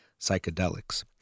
psychedelics